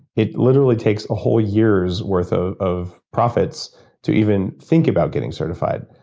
it literally takes a whole year's worth ah of profits to even think about getting certified.